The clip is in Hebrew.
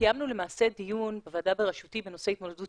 למעשה דיון בוועדה בראשותי בנושא התמודדות